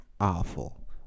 awful